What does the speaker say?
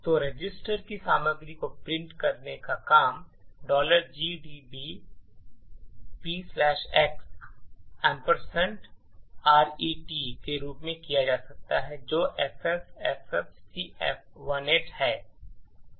तो रजिस्टर की सामग्री को प्रिंट करने का काम gdb px ret के रूप में किया जा सकता है जो FFFFCF18 है